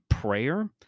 Prayer